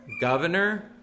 Governor